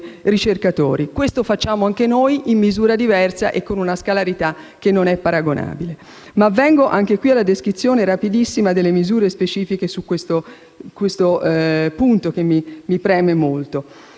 noi facciamo questo, ma in misura diversa e con una scalarità che non è paragonabile. Vengo alla descrizione sintetica delle misure specifiche su questo punto, che mi preme molto.